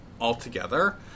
altogether